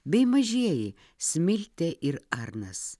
bei mažieji smiltė ir arnas